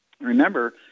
Remember